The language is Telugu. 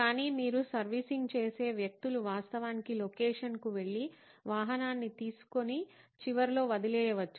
కానీ మీరు సర్వీసింగ్ చేసే వ్యక్తులు వాస్తవానికి లొకేషన్కు వెళ్లి వాహనాన్ని తీసుకొని చివర్లో వదిలివేయవచ్చు